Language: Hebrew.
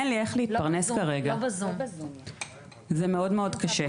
אין לי איך להתפרנס כרגע וזה מאוד קשה.